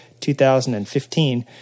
2015